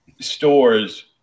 stores